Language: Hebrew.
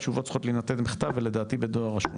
התשובות צריכות להניתן בכתב ולדעתי בדואר רשום.